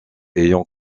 ayant